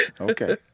okay